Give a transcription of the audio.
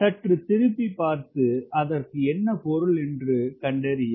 சற்று திருப்பி பார்த்து அதற்கு என்ன பொருள் என்று கண்டறிய